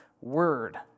Word